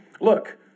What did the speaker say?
Look